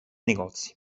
negozi